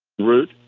route,